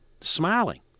smiling